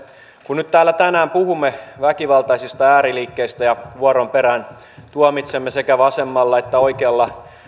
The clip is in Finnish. kun nyt täällä tänään puhumme väkivaltaisista ääriliikkeistä ja vuoron perään tuomitsemme sekä vasemmalla että oikealla